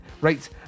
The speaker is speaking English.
right